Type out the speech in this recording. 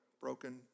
broken